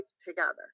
together